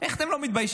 איך אתם לא מתביישים?